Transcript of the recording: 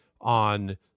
on